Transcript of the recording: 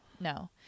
no